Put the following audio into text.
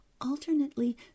alternately